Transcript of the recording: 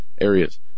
areas